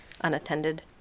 unattended